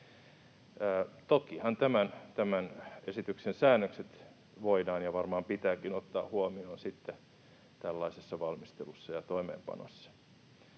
Tokihan tämän esityksen säännökset voidaan ja varmaan pitääkin ottaa huomioon sitten tällaisessa valmistelussa ja toimeenpanossa.